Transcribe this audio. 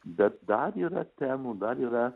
bet dar yra temų dar yra